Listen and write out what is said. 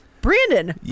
Brandon